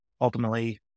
ultimately